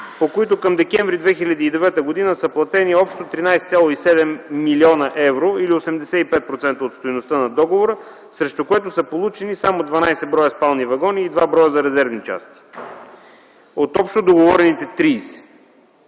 които към м. декември 2009 г. са платени общо 13,7 млн. евро или 85% от стойността на договора, срещу което са получили само 12 бр. спални вагони и 2 бр. за резервни части от общо договорените 30.